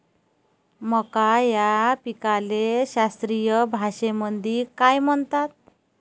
मका या पिकाले शास्त्रीय भाषेमंदी काय म्हणतात?